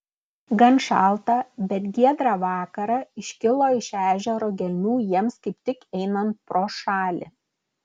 gan šaltą bet giedrą vakarą iškilo iš ežero gelmių jiems kaip tik einant pro šalį